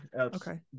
Okay